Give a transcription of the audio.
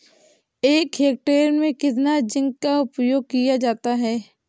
एक हेक्टेयर में कितना जिंक का उपयोग किया जाता है?